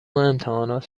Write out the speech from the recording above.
امتحانات